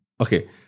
okay